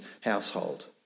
household